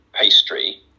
pastry